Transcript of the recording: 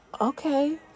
Okay